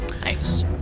Nice